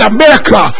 America